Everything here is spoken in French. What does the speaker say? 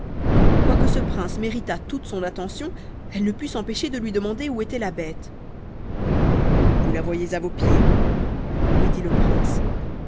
quoique ce prince méritât toute son attention elle ne put s'empêcher de lui demander où était la bête vous la voyez à vos pieds lui dit le prince